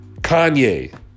Kanye